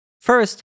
First